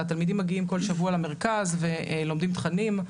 התלמידים מגיעים כל שבוע למרכז, לומדים תכנים,